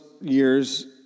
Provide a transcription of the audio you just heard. years